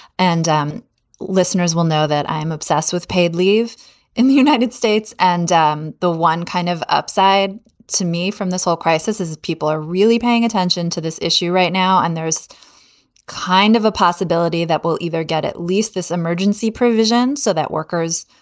and um listeners will know that i am obsessed with paid leave in the united states. and um the one kind of upside to me from this whole crisis is people are really paying attention to this issue right now. and there's kind of a possibility that we'll either get at least this emergency provision so that workers,